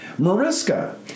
Mariska